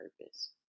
purpose